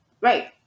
right